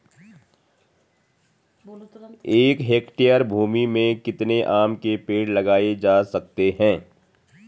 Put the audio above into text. एक हेक्टेयर भूमि में कितने आम के पेड़ लगाए जा सकते हैं?